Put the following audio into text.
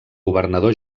governador